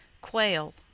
Quail